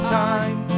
time